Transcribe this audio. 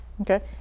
Okay